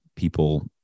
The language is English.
people